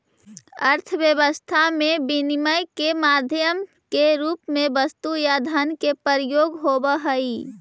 अर्थव्यवस्था में विनिमय के माध्यम के रूप में वस्तु या धन के प्रयोग होवऽ हई